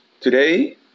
today